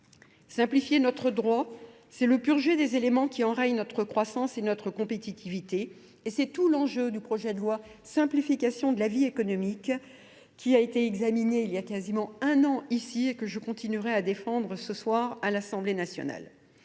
Simplifier notre droit, c'est le purger des éléments qui enrayent notre croissance et notre compétitivité et c'est tout l'enjeu du projet de loi simplification de la vie économique qui a été examiné il y a quasiment un an ici et que je continuerai à défendre ce soir à l'Assemblée nationale.